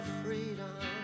freedom